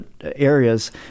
areas